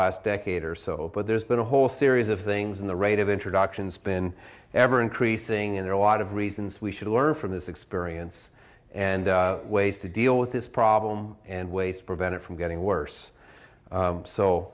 last decade or so but there's been a whole series of things in the rate of introductions been ever increasing and there are a lot of reasons we should learn from this experience and ways to deal with this problem and waste prevented from getting worse